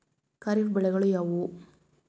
ಖಾರಿಫ್ ಬೆಳೆಗಳು ಯಾವುವು?